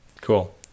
Cool